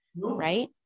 Right